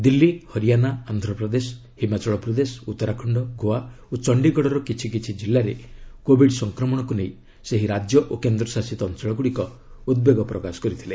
ଦିଲ୍ଲୀ ଅହରିଆନା ଆନ୍ଧ୍ରପ୍ରଦେଶ ହିମାଚଳ ପ୍ରଦେଶ ଉତ୍ତରାଖଣ୍ଡ ଗୋଆ ଓ ଚଣ୍ଡିଗଡ଼ର କିଛି କିଛି କିଲ୍ଲାରେ କୋବିଡ୍ ସଂକ୍ରମଶକୁ ନେଇ ସେହି ରାଜ୍ୟ ଓ କେନ୍ଦ୍ର ଶାସିତ ଅଞ୍ଚଳଗୁଡ଼ିକ ଉଦ୍ବେଗ ପ୍ରକାଶ କରିଥିଲେ